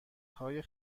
های